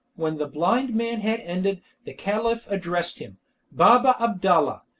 when the blind man had ended the caliph addressed him baba-abdalla,